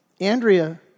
Andrea